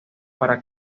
para